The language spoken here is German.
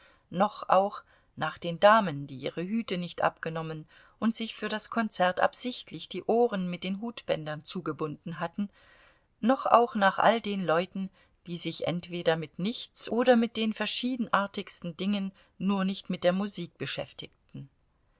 noch auch nach den damen die ihre hüte nicht abgenommen und sich für das konzert absichtlich die ohren mit den hutbändern zugebunden hatten noch auch nach all den leuten die sich entweder mit nichts oder mit den verschiedenartigsten dingen nur nicht mit der musik beschäftigten